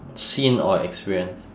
seen or experienced